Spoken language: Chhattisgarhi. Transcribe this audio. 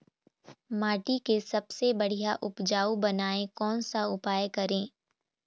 माटी के सबसे बढ़िया उपजाऊ बनाए कोन सा उपाय करें?